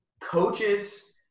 coaches